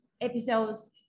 episodes